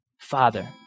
Father